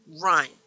run